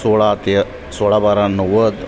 सोळा ते सोळा बारा नव्वद